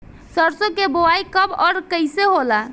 सरसो के बोआई कब और कैसे होला?